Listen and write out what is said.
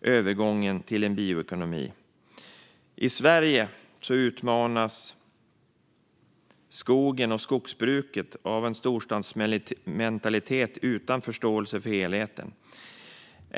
övergången till en bioekonomi. I Sverige utmanas skogen och skogsbruket av en storstadsmentalitet utan förståelse för helheten.